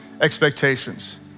expectations